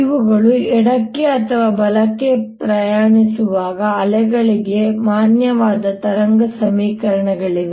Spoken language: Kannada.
ಇವುಗಳು ಎಡಕ್ಕೆ ಅಥವಾ ಬಲಕ್ಕೆ ಪ್ರಯಾಣಿಸುವ ಅಲೆಗಳಿಗೆ ಮಾನ್ಯವಾದ ತರಂಗ ಸಮೀಕರಣಗಳಾಗಿವೆ